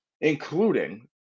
including